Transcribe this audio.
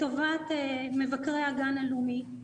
לטובת מבקרי הגן הלאומי,